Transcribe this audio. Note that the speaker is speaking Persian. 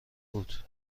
بود